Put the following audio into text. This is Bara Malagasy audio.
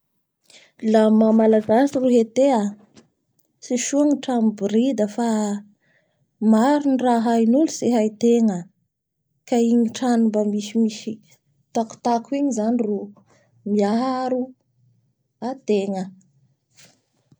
Laha amin'ny maha malagasy ro hetea tsy soa ny trano miborida fa maro ny raha hain'olo tsy haitegna. Ka igny tragno mba misimisy takotako igny ro miaro ategna.